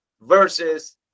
versus